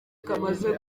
kamaze